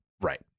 right